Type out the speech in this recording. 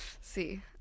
see